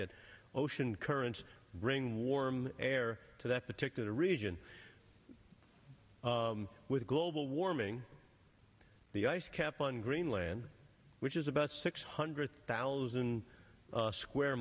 that ocean currents bring warm air to that particular region with global warming the ice cap on greenland which is about six hundred thousand square